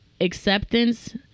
acceptance